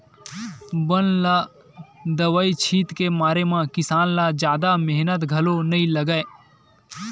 बन ल दवई छित के मारे म किसान ल जादा मेहनत घलो नइ लागय